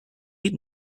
eat